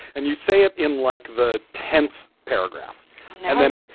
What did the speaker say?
and you say it in like the tenth paragraph and then